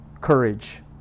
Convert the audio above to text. courage